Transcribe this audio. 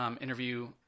interview